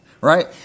Right